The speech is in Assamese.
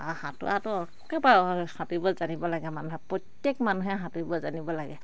সাঁতোৰাটো একেবাৰে জানিব লাগে মানুহে প্ৰত্যেক মানুহে সাঁতুৰিব জানিব লাগে